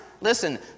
listen